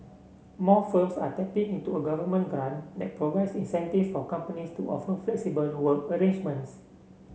more firms are tapping into a government grant that provides incentive for companies to offer flexible work arrangements